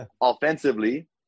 offensively